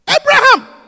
Abraham